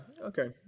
okay